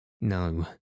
No